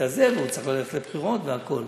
והוא צריך ללכת לבחירות והכול.